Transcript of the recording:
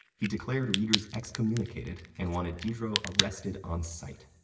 he declared readers excommunicated and wanted diderot arrested on sight.